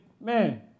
man